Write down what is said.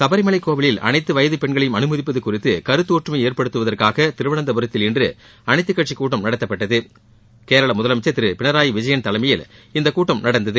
சபரி மலை கோவிலில் அனைத்து வயது பெண்களையும் அனுமதிப்பது குறிதது கருத்தொற்றுமை ஏற்படுத்துவதற்காக திருவனந்தபுரத்தில் இன்று அனைத்துக்கட்சி கூட்டம் நடத்தப்பட்டது கேரள முதலமைச்சர் திரு பினராயி விஜயன் தலைமையில் இந்த கூட்டம் நடந்தது